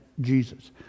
Jesus